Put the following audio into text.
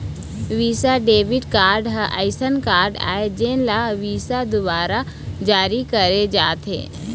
Visa debit card ह असइन card आय जेन ल विसा दुवारा जारी करे जाथे